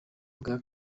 bwa